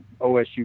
osu